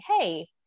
hey